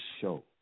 show